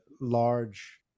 large